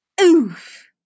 Oof